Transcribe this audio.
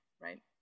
Right